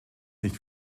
nicht